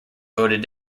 voted